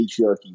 patriarchy